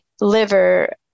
liver